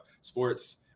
sports